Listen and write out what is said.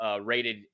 rated